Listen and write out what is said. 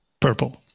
Purple